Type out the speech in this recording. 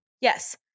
Yes